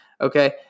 okay